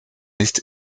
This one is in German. nicht